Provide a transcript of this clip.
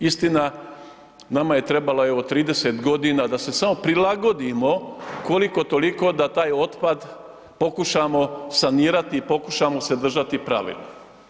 Istina, nama je trebala evo 30.g. da se samo prilagodimo koliko toliko da taj otpad pokušamo sanirati i pokušamo se držati pravila.